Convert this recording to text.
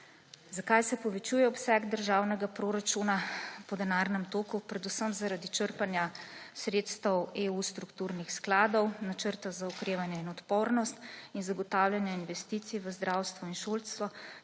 Zakaj se povečuje obseg državnega proračuna po denarnem toku? Predvsem zaradi črpanja sredstev strukturnih skladov EU, Načrta za okrevanje in odpornost ter zagotavljanja investicij v zdravstvo in šolstvo